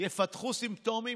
יפתחו סימפטומים,